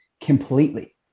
completely